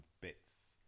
bits